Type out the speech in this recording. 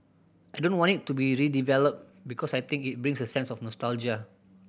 I don't want it to be redeveloped because I think it brings a sense of nostalgia